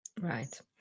Right